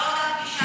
ביחד עם מיקי.